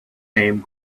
name